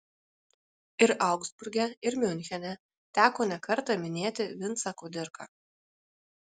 ir augsburge ir miunchene teko nekartą minėti vincą kudirką